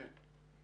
כן.